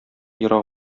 ерак